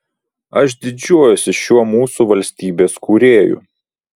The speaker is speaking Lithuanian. aš didžiuojuosi šiuo mūsų valstybės kūrėju